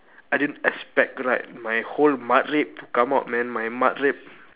I didn't expect right my whole matrep to come out man my matrep